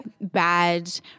bad